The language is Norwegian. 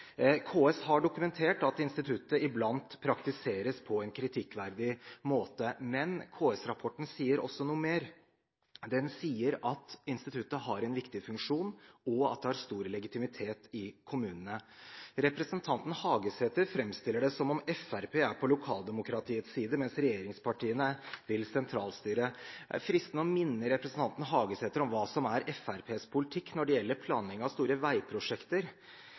KS har dokumentert at instituttet iblant praktiseres på en kritikkverdig måte, men KS-rapporten sier også noe mer. Den sier at instituttet har en viktig funksjon, og at det har stor legitimitet i kommunene. Representanten Hagesæter framstiller det som om Fremskrittspartiet er på lokaldemokratiets side, mens regjeringspartiene vil sentralstyre. Det er fristende å minne representanten Hagesæter om hva som er Fremskrittspartiets politikk når det gjelder planlegging av store veiprosjekter.